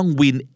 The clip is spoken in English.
win